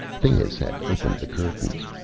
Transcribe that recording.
thanis had opened the curtains.